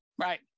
Right